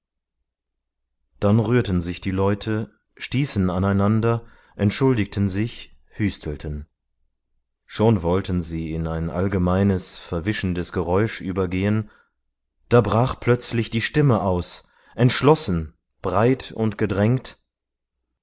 dann rührten sich die leute stießen aneinander entschuldigten sich hüstelten schon wollten sie in ein allgemeines verwischendes geräusch übergehen da brach plötzlich die stimme aus entschlossen breit und gedrängt